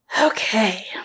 Okay